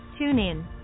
TuneIn